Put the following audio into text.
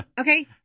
Okay